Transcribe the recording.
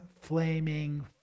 flaming